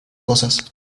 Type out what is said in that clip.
cosas